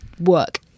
work